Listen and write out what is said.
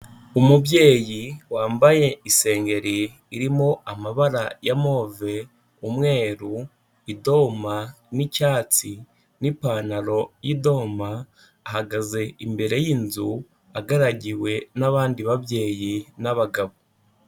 Umubyeyi wambaye isengeri irimo amabara ya move, umweru, idoma n'icyatsi, n'ipantaro y'idoma, ahagaze imbere y'inzu, agaragiwe n'abandi babyeyi n'abagabo.